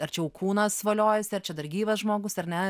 ar čia jau kūnas voliojasi ar čia dar gyvas žmogus ar ne